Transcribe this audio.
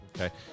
Okay